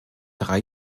drei